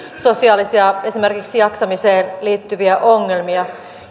sosiaalisia esimerkiksi jaksamiseen liittyviä ongelmia